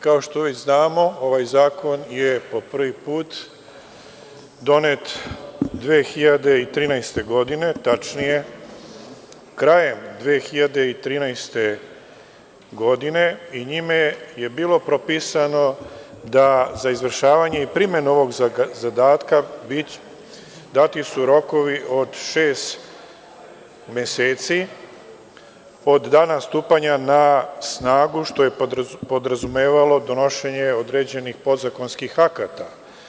Kao što već znamo, ovaj zakon je po prvi put donet 2013. godine, tačnije krajem 2013. godine, i njime je bilo propisano da su za izvršavanje i primenu ovog zadatka dati rokovi od šest meseci od dana stupanja na snagu, što je podrazumevalo donošenje određenih podzakonskih akata.